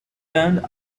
turned